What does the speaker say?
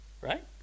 right